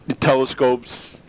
telescopes